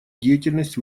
деятельность